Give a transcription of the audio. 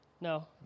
No